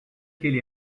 qu’elle